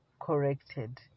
corrected